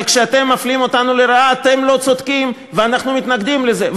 אבל כשאתם מפלים אותנו לרעה אתם לא צודקים ואנחנו מתנגדים לזה,